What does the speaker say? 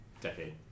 decade